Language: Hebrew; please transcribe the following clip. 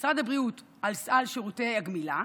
משרד הבריאות על סל שירותי הגמילה,